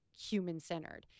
human-centered